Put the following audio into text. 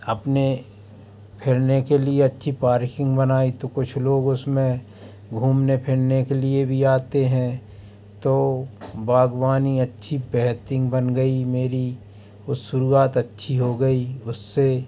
अपने फिरने के लिए अच्छी पार्किंग बनाई तो कुछ लोग उसमें घूमने फिरने के लिए भी आते हैं तो बाग़बानी अच्छी बेहतरीन बन गई मेरी वह शुरुआत अच्छी हो गई उससे